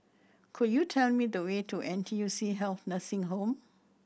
could you tell me the way to N T U C Health Nursing Home